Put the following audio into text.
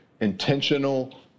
intentional